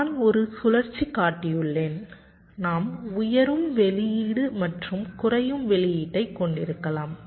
நான் ஒரு சுழற்சிக்கு காட்டியுள்ளேன் நாம் உயரும் வெளியீடு மற்றும் குறையும் வெளியீட்டை கொண்டிருக்கலாம்